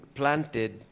planted